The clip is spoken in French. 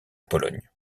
pologne